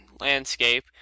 landscape